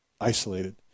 isolated